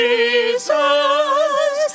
Jesus